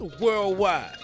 worldwide